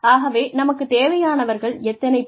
ஆகவே நமக்குத் தேவையானவர்கள் எத்தனை பேர்